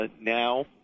now